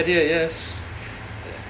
oh language barrier yes